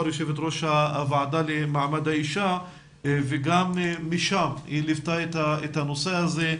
יושבת-ראש הוועדה למעמד האישה וגם משם היא ליוותה את הנושא הזה,